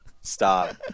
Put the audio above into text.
Stop